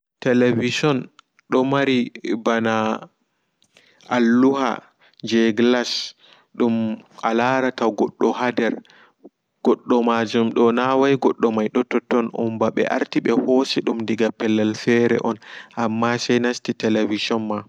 Television domari bana alluha jei glass ɗum alarata goddo haa nder goɗɗo maajum do nawai goddo may doha totton on ɓa ɓe arti ɓe hoosi dum diga pellel fere on amma se nasti television ma.